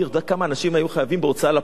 אתה יודע כמה אנשים היו חייבים בהוצאה לפועל,